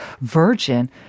Virgin